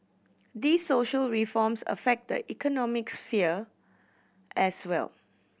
these social reforms affect the economic sphere as well